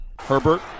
Herbert